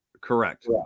Correct